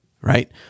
right